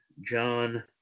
John